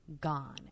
Gone